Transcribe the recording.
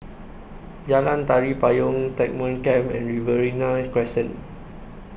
Jalan Tari Payong Stagmont Camp and Riverina Crescent